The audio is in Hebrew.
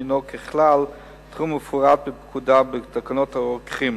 שהוא ככלל תחום שמפורט בפקודה ובתקנות הרוקחים.